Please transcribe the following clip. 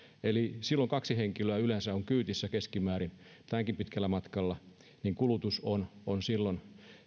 eli kun kaksi henkilöä yleensä on kyydissä keskimäärin näinkin pitkällä matkalla niin kulutus on on silloin